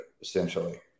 essentially